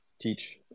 teach